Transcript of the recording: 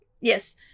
Yes